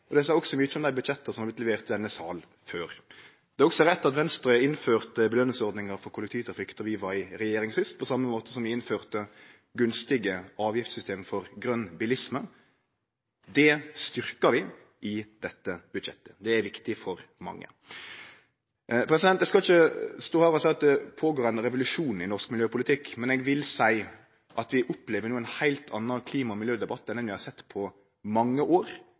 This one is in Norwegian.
og det seier også mykje om dei budsjetta som har vorte leverte i denne salen før. Det er også rett at Venstre innførte belønningsordninga for kollektivtrafikk då vi var i regjering sist, på same måte som vi innførte gunstige avgiftssystem for grøn bilisme. Det styrkjer vi i dette budsjettet. Det er viktig for mange. Eg skal ikkje stå her og seie at det går føre seg ein revolusjon i norsk miljøpolitikk, men eg vil seie at vi opplever no ein heilt annan klima- og miljødebatt enn vi har sett på mange år.